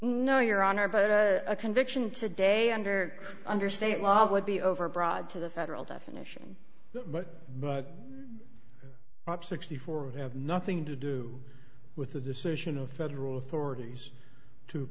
no your honor but a conviction today under under state law would be overbroad to the federal definition but bob sixty four would have nothing to do with the decision of federal authorities to